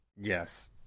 Yes